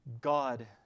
God